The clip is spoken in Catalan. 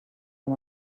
amb